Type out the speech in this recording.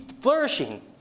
flourishing